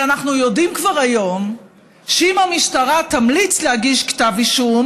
אנחנו יודעים כבר היום שאם המשטרה תמליץ להגיש כתב אישום,